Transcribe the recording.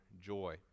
joy